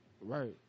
Right